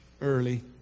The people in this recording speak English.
early